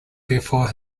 before